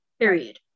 Period